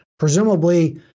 Presumably